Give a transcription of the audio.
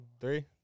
three